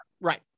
Right